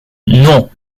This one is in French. non